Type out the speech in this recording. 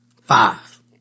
Five